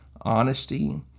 honesty